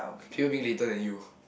people being later than you